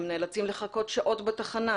הם נאלצים לחכות שעות בתחנה,